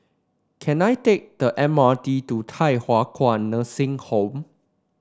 can I take the M R T to Thye Hua Kwan Nursing Home